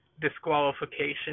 Disqualification